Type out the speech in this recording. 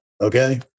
okay